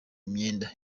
myenda